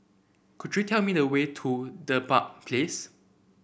could you tell me the way to Dedap Place